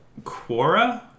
Quora